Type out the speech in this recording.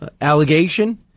allegation